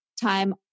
time